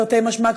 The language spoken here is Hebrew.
תרתי משמע,